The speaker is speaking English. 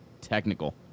technical